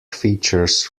features